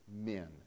men